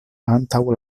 antaŭ